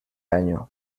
año